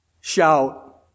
Shout